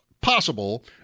possible